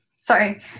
Sorry